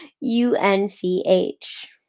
U-N-C-H